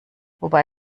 wobei